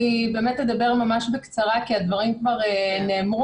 אני באמת אדבר ממש בקצרה כי הדברים כבר נאמרו.